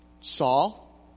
Saul